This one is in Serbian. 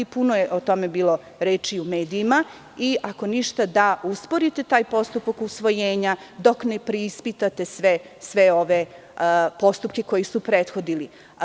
Puno je o tome bilo reči u medijima i ako ništa da usporite taj postupak usvojenja dok ne preispitate sve ove postupke koji su prethodili.